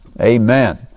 Amen